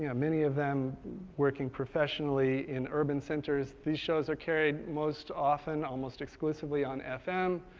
ah many of them working professionally in urban centers. these shows are carried most often almost exclusively on fm.